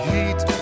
Heat